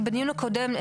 כי בדיון הקודם,